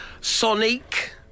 Sonic